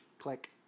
Click